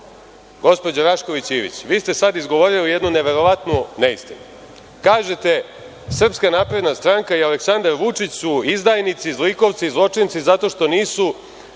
Rašković Ivić, vi ste sada izgovorili jednu neverovatnu neistinu. Kažete – SNS i Aleksandar Vučić su izdajnici, zlikovci, zločinici, zato što nisu